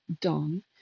done